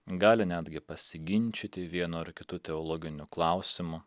gali netgi pasiginčyti vienu ar kitu teologiniu klausimu